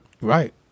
right